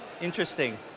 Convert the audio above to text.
Interesting